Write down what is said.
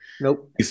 Nope